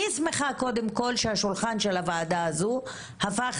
אני שמחה קודם כל שהשולחן של הוועדה הזו הפך